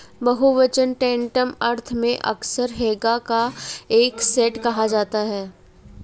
बहुवचन टैंटम अर्थ में अक्सर हैगा का एक सेट कहा जाता है